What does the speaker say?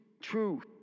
truth